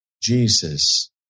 Jesus